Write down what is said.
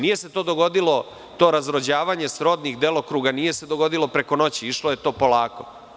Nije se to dogodilo, to razrođavanje srodnih delokruga, preko noći, išlo je to polako.